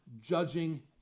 judging